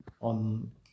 on